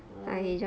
oh